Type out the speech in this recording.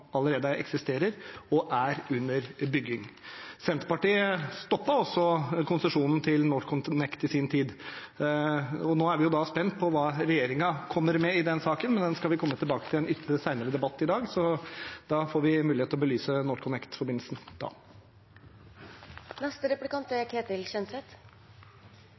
allerede eksisterer, eller er under bygging. Senterpartiet stoppet også konsesjonen til NorthConnect i sin tid. Nå er vi spent på hva regjeringen kommer med i den saken, men den skal vi komme tilbake til i ytterligere en debatt senere i dag, så da får vi mulighet til å belyse NorthConnect-forbindelsen. Representanten Myhrvold snakker mye om skogressursene, som er